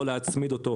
לא לעשות את זה